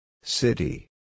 City